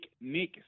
Nick